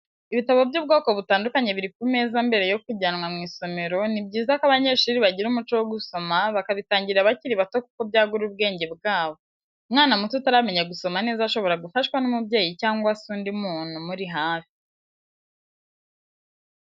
Ibitabo by'ubwoko butandukanye biri ku meza mbere yo kujyanwa mw'isomero, ni byiza ko abanyeshuri bagira umuco wo gusoma bakabitangira bakiri bato kuko byagura ubwenge bwabo, umwana muto utaramenya gusoma neza shobora gufashwa n'umubyeyi cyangwa se undi muntu umuri hafi.